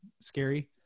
Scary